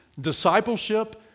Discipleship